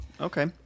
Okay